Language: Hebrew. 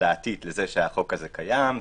תודעתית לזה שהחוק קיים,